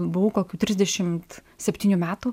buvau kokių trisdešimt septynių metų